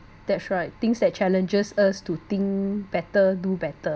that's right things that challenges us to think better do better